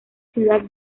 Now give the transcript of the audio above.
ciudad